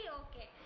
okay